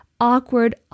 awkward